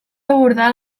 abordar